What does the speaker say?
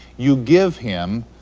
you give him